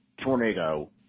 tornado